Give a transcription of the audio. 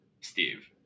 steve